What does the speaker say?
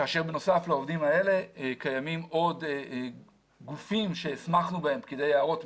כאשר בנוסף לעובדים האלה קיימים עוד גופים שהסמכנו בהם פקידי יערות,